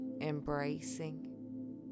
embracing